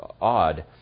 odd